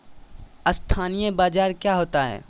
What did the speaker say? अस्थानी बाजार क्या होता है?